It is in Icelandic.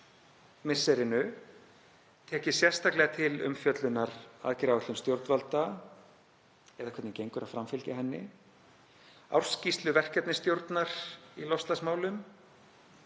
misserinu, tekið sérstaklega til umfjöllunar aðgerðaáætlun stjórnvalda eða hvernig gengur að framfylgja henni, ársskýrslu verkefnisstjórnar í loftslagsmálum,